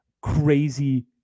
crazy